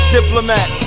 Diplomat